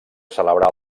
celebrar